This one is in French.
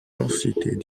densités